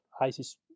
ISIS